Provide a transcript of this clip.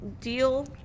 Deal